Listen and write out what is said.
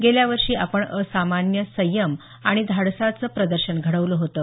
गेल्या वर्षी आपण असामान्य संयम आणि धाडसाचं प्रदर्शन घडवलं होतं